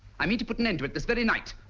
i mean to put an end to it this very night.